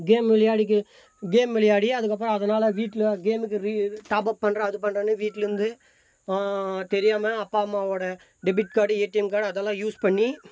game விளையாடி game விளையாடி அதுக்கப்புறம் அதனால் வீட்டில் கேமுக்கு டாப்பப் பண்றேன் அது பண்றேன்னு வீட்டுலருந்து தெரியாமல் அப்பா அம்மாவோட டெபிட் கார்டு ஏடிஎம் கார்டு அதெல்லாம் யூஸ் பண்ணி